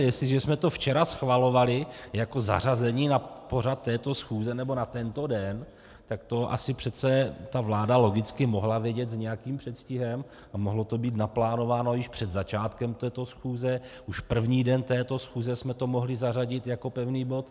Jestliže jsme to včera schvalovali jako zařazení na pořad této schůze, nebo na tento den, tak to přece asi ta vláda logicky mohla vědět s nějakým předstihem a mohlo to být naplánováno již před začátkem této schůze, už v první den této schůze jsme to mohli zařadit jako pevný bod.